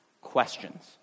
questions